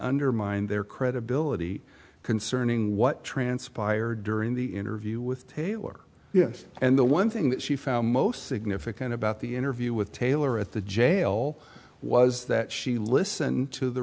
undermine their credibility concerning what transpired during the interview with taylor yes and the one thing that she found most significant about the interview with taylor at the jail was that she listened to the